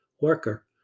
worker